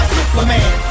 Superman